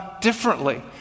differently